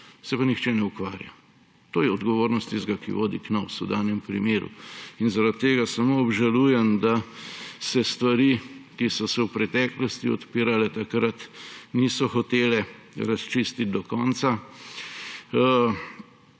se pa nihče ne ukvarja. To je odgovornost tistega, ki vodi Knovs v danem primeru. In zaradi tega samo obžalujem, da se stvari, ki so se v preteklosti odpirale, takrat niso hotele razčistiti do konca